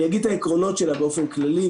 אני אגיד את העקרונות שלה באופן כללי.